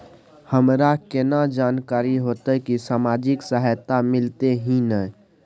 हमरा केना जानकारी होते की सामाजिक सहायता मिलते की नय?